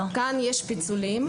גם כאן יש פיצולים,